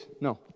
No